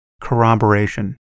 corroboration